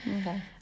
Okay